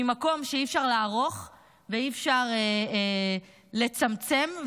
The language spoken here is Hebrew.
ממקום שאי-אפשר לערוך ואי-אפשר לצמצם,